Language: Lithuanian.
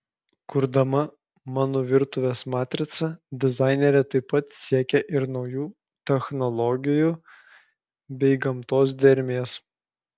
kurdama mano virtuvės matricą dizainerė taip pat siekė ir naujų technologijų bei gamtos dermės